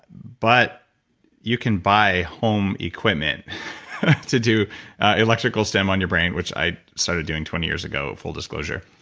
but you can buy home equipment to do electrical stim on your brain, which i started doing twenty years ago. full disclosure.